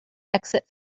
exit